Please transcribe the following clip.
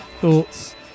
thoughts